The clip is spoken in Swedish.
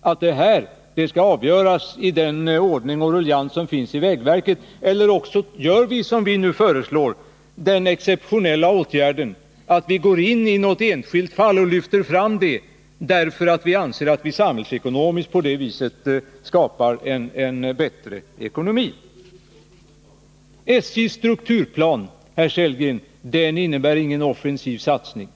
att det här skall avgöras i sin ordning och ruljangsen finns i vägverket, eller också gör man som vi nu föreslår, dvs. att man vidtar den exceptionella åtgärden att gå in i något enskilt fall och lyfta fram det. Vi anser nämligen att vi samhällsekonomiskt skapar en bättre ekonomi på det sättet. SJ:s strukturplan innebär, herr Sellgren, inte någon offensiv satsning.